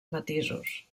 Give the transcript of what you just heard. matisos